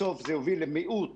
בסוף, זה יוביל למיעוט